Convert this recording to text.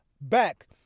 back